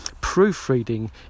proofreading